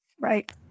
right